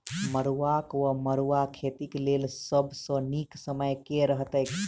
मरुआक वा मड़ुआ खेतीक लेल सब सऽ नीक समय केँ रहतैक?